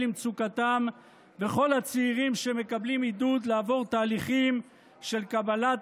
למצוקתם וכל הצעירים שמקבלים עידוד לעבור תהליכים של קבלת